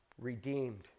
redeemed